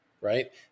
right